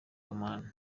oman